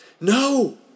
No